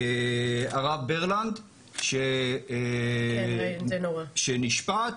הרב ברלנד, שנשפט,